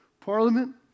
Parliament